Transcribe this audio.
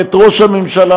ואת ראש הממשלה,